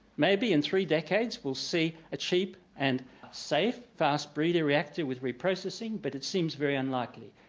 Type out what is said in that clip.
maybe in three decades we'll see a cheap and safe fast-breeder reactor with reprocessing but it seems very unlikely.